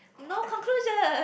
no conclusion